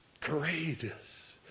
courageous